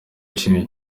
yishimiye